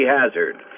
hazard